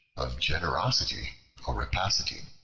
of generosity or rapacity.